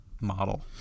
model